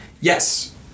Yes